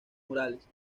murales